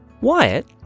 Wyatt